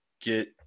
get